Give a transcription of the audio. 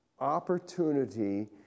opportunity